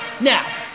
Now